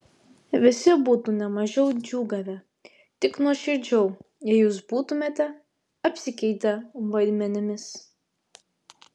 visi būtų ne mažiau džiūgavę tik nuoširdžiau jei jūs būtumėte apsikeitę vaidmenimis